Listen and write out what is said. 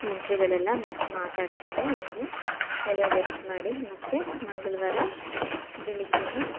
ನೆಂಟ್ರುಗಳೆಲ್ಲ ಮತ್ತೆ ಮಾತಾಡ್ಕೊಂಡು ಹಂಗೆ ಎಲ್ಲ ರೆಸ್ಟ್ ಮಾಡಿ ಮತ್ತೆ ಮಂಗಳವಾರ ಬೆಳಿಗ್ಗೆಯೇ